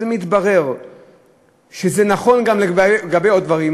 שמתברר שזה נכון גם לגבי עוד דברים,